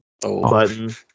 button